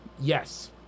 Yes